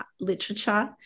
literature